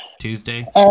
Tuesday